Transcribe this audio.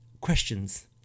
questions